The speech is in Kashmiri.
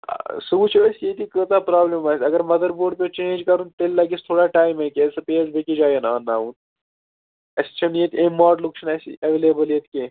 ٲں سُہ وُچھو أسۍ ییٚتی کۭژاہ پرٛابلِم آسہِ اگر مَدربوڈ پیٚو چینٛج کَرُن تیٚلہ لَگیٚس تھوڑا ٹایمٕے کیازِ سُہ پے اسہِ بیٚکِس جاین آنناوُن اسہِ چھَنہٕ ییٚتہِ امہِ ماڈلُک چھُنہٕ اسہِ ایٚولیبٕل ییٚتہِ کیٚنٛہہ